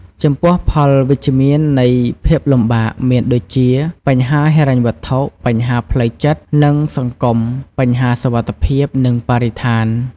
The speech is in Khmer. ចំពោះផលអវិជ្ជនៃភាពលំបាក មានដូចជាបញ្ហាហិរញ្ញវត្ថុ បញ្ហាផ្លូវចិត្ត និងសង្គម ,បញ្ហាសុវត្ថិភាព និងបរិស្ថាន។